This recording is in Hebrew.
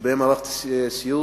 שבהם ערכתי סיור,